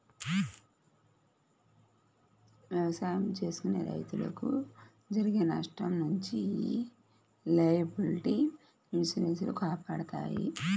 ఎవసాయం చేసుకునే రైతులకు జరిగే నష్టం నుంచి యీ లయబిలిటీ ఇన్సూరెన్స్ లు కాపాడతాయి